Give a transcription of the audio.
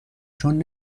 چون